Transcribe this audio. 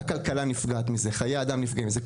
הכלכלה נפגעת מזה, חיי האדם נפגעים מזה.